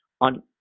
On